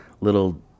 little